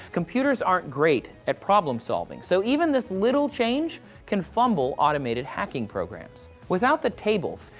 computers aren't great at problem solving, so even this little change can fumble automated hacking programs. without the tables,